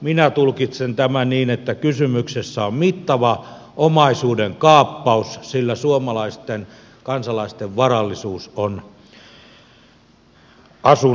minä tulkitsen tämän niin että kysymyksessä on mittava omaisuuden kaappaus sillä suomalaisten kansalaisten varallisuus on asunnoissa